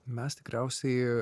mes tikriausiai